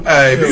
Hey